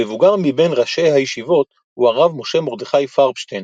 המבוגר מבין ראשי הישיבות הוא הרב משה מרדכי פרבשטין,